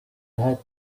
had